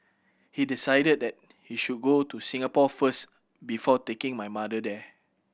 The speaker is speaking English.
he decided that he should go to Singapore first before taking my mother there